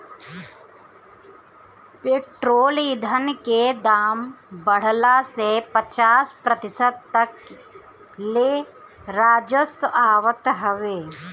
petrol ईधन के दाम बढ़ला से पचास प्रतिशत तक ले राजस्व आवत हवे